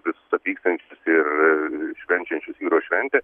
visus atvykstančius ir švenčiančius jūros šventę